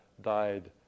died